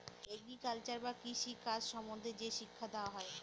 agriculture বা কৃষি কাজ সম্বন্ধে যে শিক্ষা দেওয়া হয়